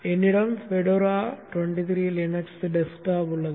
என்னிடம் fedora 23 Linux desktop உள்ளது